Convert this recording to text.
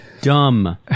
Dumb